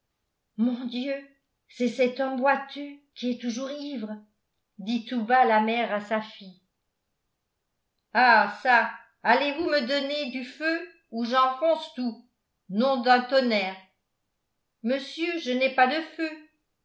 mon dieu c'est cet homme boiteux qui est toujours ivre dit tout bas la mère à sa fille ah çà allez-vous me donner du feu ou j'enfonce tout nom d'un tonnerre monsieur je n'ai pas de feu